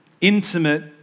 intimate